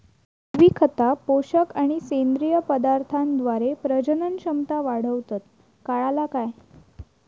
हिरवी खता, पोषक आणि सेंद्रिय पदार्थांद्वारे प्रजनन क्षमता वाढवतत, काळाला काय?